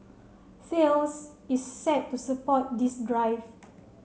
Thales is set to support this drive